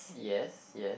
yes yes